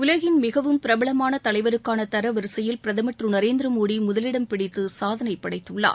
உலகின் மிகவும் பிரபலமான தலைவருக்கான தரவரிசையில் பிரதமர் திரு நரேந்திர மோடி முதலிடம் பிடித்து சாதனைப் படைத்துள்ளார்